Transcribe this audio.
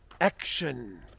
action